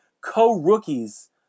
co-rookies